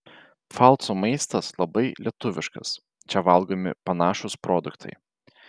pfalco maistas labai lietuviškas čia valgomi panašūs produktai